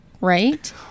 right